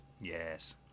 Yes